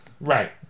Right